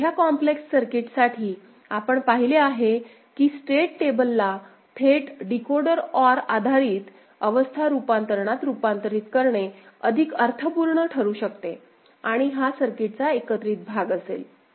आणि मोठ्या कॉम्प्लेक्स सर्किटसाठी आपण पाहिले आहे की स्टेट टेबलला थेट डिकोडर OR आधारित अवस्था रूपांतरणात रुपांतरित करणे अधिक अर्थपूर्ण ठरू शकते आणि हा सर्किटचा एकत्रित भाग असेल